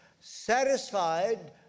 satisfied